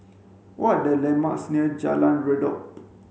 what are the landmarks near Jalan Redop